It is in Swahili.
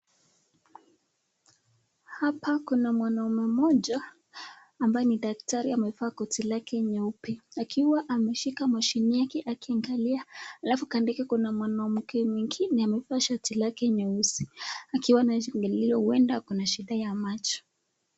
Hapa kuna mwanaume mmoja ambaye ni daktari amevaa koti lake nyeupe akiwa ameshika mashine yake akiangalia halafu kando yake kuna mwanamke mwingine amevaa shati lake nyeusi akiwa anajiangalilia huenda akona shida ya macho.